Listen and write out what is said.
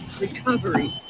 recovery